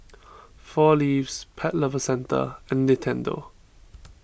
four Leaves Pet Lovers Centre and Nintendo